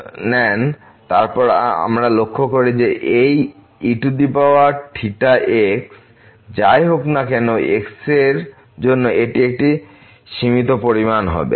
eθx তারপর আমরা লক্ষ্য করি যে এই eθx যাই হোক না কেন x এর জন্য এটি একটি সীমিত পরিমাণ হবে